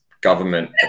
government